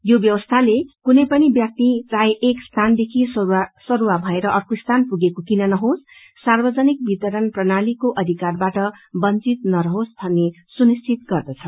यो व्यवस्थाले कुनै पनि व्याक्ति चाहे एक स्थानदेखि सरूवा भएर अर्को स्थाना पुगेको किन नहोस सार्वजनिक वितरण प्रणालीीको अधिकारबाट बंचित नरहोस भन्ने सुनिश्चित गर्दछ